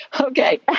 Okay